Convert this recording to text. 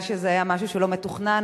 מכיוון שזה היה משהו לא מתוכנן,